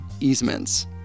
easements